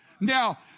now